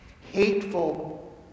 hateful